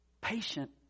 patient